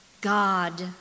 God